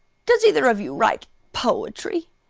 does either of you write poetry?